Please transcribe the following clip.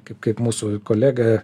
kaip kaip mūsų kolega